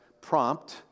prompt